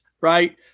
right